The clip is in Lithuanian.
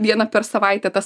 vieną per savaitę tas